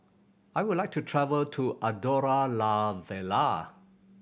I would like to travel to Andorra La Vella